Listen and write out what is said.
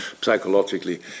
Psychologically